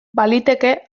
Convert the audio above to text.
baliteke